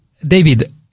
David